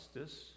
justice